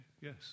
Yes